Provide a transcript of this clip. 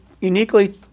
uniquely